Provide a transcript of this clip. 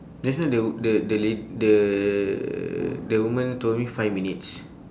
just now the the the la~ the the woman told me five minutes